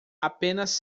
apenas